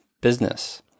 business